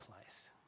place